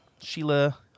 Sheila